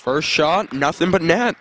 first shot nothing but n